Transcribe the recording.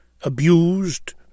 abused